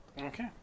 Okay